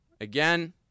Again